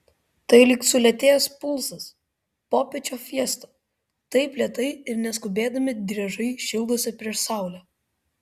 tai lyg sulėtėjęs pulsas popiečio fiesta taip lėtai ir neskubėdami driežai šildosi prieš saulę